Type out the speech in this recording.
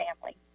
family